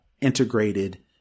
integrated